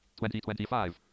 2025